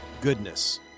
goodness